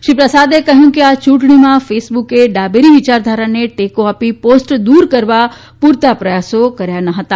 શ્રી પ્રસાદે કહ્યું કે આ ચુંટણીમાં ફેસબુકે ડાબેરી વિયારધારાને ટેકો આપી પોસ્ટ દુર કરવા પુરતા પ્રયાસો કર્યા ન હતા